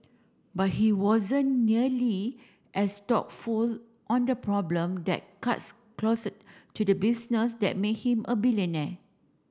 but he wasn't nearly as thoughtful on the problem that cuts closest to the business that make him a billionaire